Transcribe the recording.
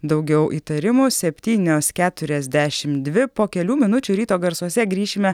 daugiau įtarimų septynios keturiasdešim dvi po kelių minučių ryto garsuose grįšime